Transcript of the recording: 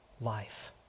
life